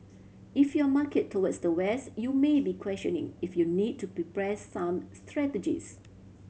if your market towards the West you may be questioning if you need to prepare some strategies